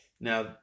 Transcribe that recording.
Now